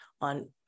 on